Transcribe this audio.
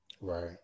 Right